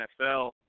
NFL